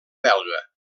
belga